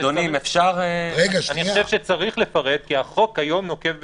אני חושב שצריך לפרט כי החוק היום נוקב בשמות.